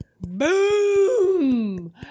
Boom